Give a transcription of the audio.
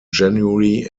january